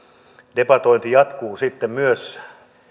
debatointi jatkuu sitten myös